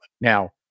Now